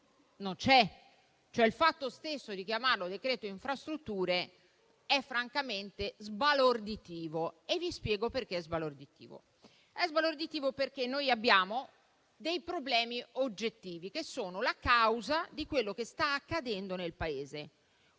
il fatto stesso di chiamarlo decreto-legge infrastrutture è francamente sbalorditivo e vi spiego perché. È sbalorditivo perché abbiamo dei problemi oggettivi che sono la causa di quello che sta accadendo nel Paese.